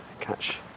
catch